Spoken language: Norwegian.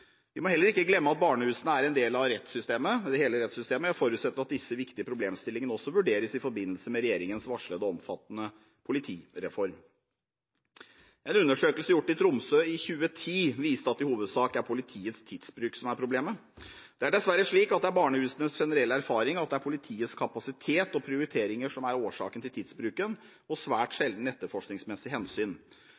Vi må heller ikke glemme at barnehusene er en del av hele rettssystemet. Jeg forutsetter at disse viktige problemstillingene også vurderes i forbindelse med regjeringens varslede og omfattende politireform. En undersøkelse gjort i Tromsø i 2010 viste at det i hovedsak er politiets tidsbruk som er problemet. Det er dessverre slik at det er barnehusenes generelle erfaring at det er politiets kapasitet og prioriteringer som er årsaken til tidsbruken, og svært